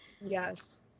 yes